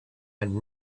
and